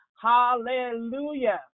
Hallelujah